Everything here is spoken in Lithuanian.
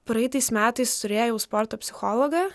praeitais metais turėjau sporto psichologą